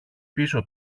πίσω